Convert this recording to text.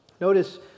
Notice